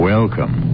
Welcome